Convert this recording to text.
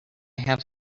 have